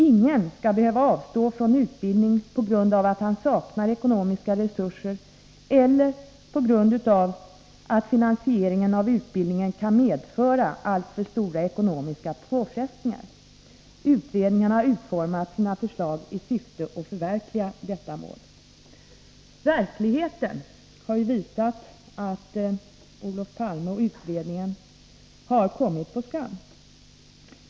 Ingen skall behöva avstå från utbildning på grund av att han saknar ekonomiska resurser eller på grund av att finansieringen av utbildningen kan medföra alltför stora ekonomiska påfrestingar. Utredningen har utformat sina förslag i syfte att förverkliga detta mål.” Verkligheten har ju visat att Olof Palme och utredningen kommit på skam.